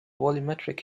volumetric